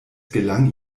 gelang